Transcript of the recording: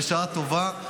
בשעה טובה.